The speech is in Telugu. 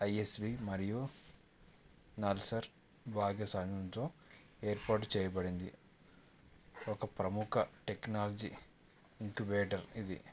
ఐ ఎస్ వీ మరియు నర్సర్ భాగ్య సాహాయంతో ఏర్పాటు చేయబడింది ఒక ప్రముఖ టెక్నాలజీ ఇంక్యుబేటర్ ఇది